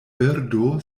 birdo